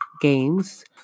games